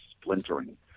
splintering